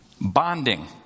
Bonding